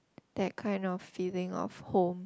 that kind of feeling of home